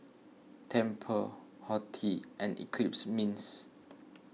Tempur Horti and Eclipse Mints